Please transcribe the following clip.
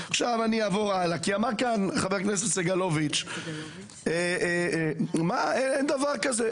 אמר חבר הכנסת סגלוביץ' שאין דבר כזה,